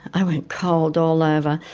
i went cold all over.